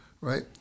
Right